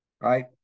right